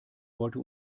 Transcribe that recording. wollte